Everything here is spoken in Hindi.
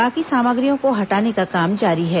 बाकी सामग्रियों को हटाने का काम जारी है